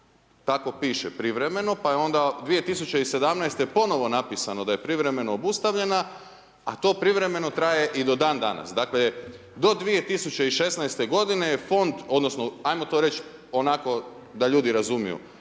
a to privremeno 2017. ponovno napisano da je privremeno obustavljena, a to privremeno traje i do dan danas, dakle, do 2016. godine je Fond, ali ajmo to reći onako da ljudi razumiju.